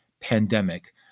pandemic